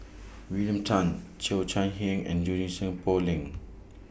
William Tan Cheo Chai Hiang and Junie Sng Poh Leng